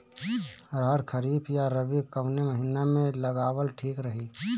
अरहर खरीफ या रबी कवने महीना में लगावल ठीक रही?